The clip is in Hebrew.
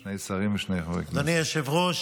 שני שרים ושני, אדוני היושב-ראש,